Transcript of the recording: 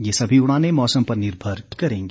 ये सभी उड़ाने मौसम पर निर्भर करेंगी